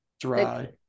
dry